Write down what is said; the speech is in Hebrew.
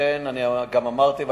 לכן אמרתי,